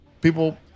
people